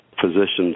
physicians